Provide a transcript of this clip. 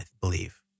believe